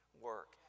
work